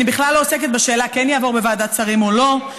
אני בכלל לא עוסקת בשאלה כן יעבור בוועדת שרים או לא,